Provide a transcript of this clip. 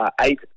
eight